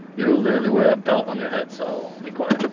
you literally wear a belt on your head so be quiet.